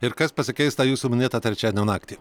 ir kas pasikeis tą jūsų minėtą trečiadienio naktį